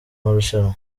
marushanwa